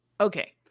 okay